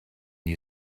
you